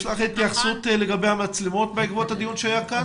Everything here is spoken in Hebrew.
יש לך התייחסות לגבי המצלמות בעקבות הדיון שהיה כאן?